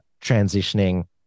transitioning